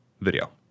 video